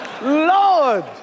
Lord